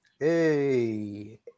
Hey